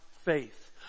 faith